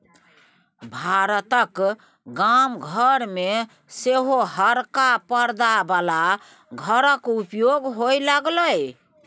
भारतक गाम घर मे सेहो हरका परदा बला घरक उपयोग होए लागलै